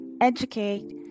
educate